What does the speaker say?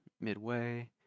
midway